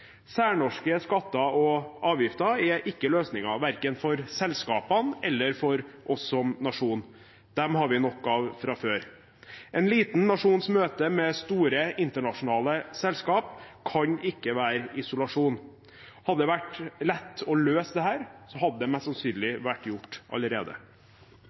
Særnorske skatter og avgifter er ikke løsningen verken for selskapene eller for oss som nasjon. Dem har vi nok av fra før. En liten nasjons møte med store internasjonale selskaper kan ikke være isolasjon. Hadde det vært lett å løse dette, hadde det mest sannsynlig vært gjort allerede. Det